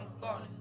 God